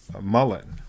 Mullen